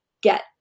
get